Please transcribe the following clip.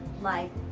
like.